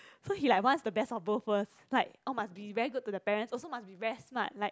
so he like wants the best of both worlds like oh must be very good to the parents also must be very smart like